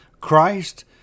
christ